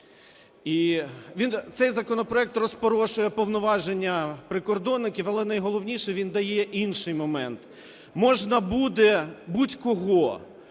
цей законопроект розпорошує повноваження прикордонників, але найголовніше, він дає інший момент. Можна буде будь-кого,